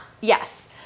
Yes